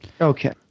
okay